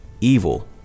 evil